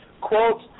quote